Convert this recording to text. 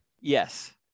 Yes